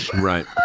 right